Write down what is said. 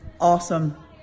Awesome